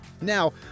Now